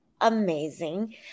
amazing